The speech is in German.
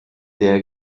der